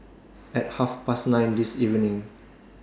At Half Past nine This evening